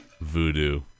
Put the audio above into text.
Voodoo